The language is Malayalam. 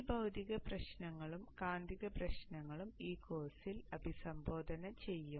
ഈ ഭൌതിക പ്രശ്നങ്ങളും കാന്തിക പ്രശ്നങ്ങളും ഈ കോഴ്സിൽ അഭിസംബോധന ചെയ്യും